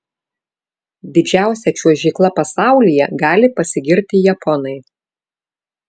didžiausia čiuožykla pasaulyje gali pasigirti japonai